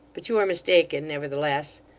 but you are mistaken nevertheless.